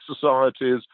societies